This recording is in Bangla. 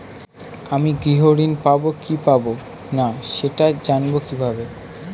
আমি গৃহ ঋণ পাবো কি পাবো না সেটা জানবো কিভাবে?